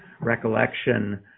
recollection